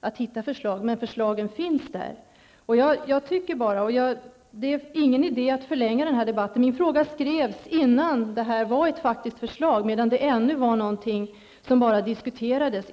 att hitta förslag. Men förslagen finns ändå där. Det är ingen idé att förlänga den här debatten. Min fråga skrevs innan detta var ett faktiskt förslag, medan det ännu var något som bara diskuterades.